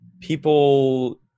People